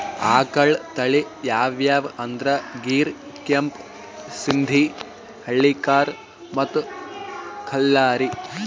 ಆಕಳ್ ತಳಿ ಯಾವ್ಯಾವ್ ಅಂದ್ರ ಗೀರ್, ಕೆಂಪ್ ಸಿಂಧಿ, ಹಳ್ಳಿಕಾರ್ ಮತ್ತ್ ಖಿಲ್ಲಾರಿ